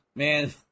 Man